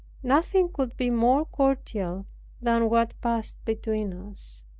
nothing could be more cordial than what passed between us.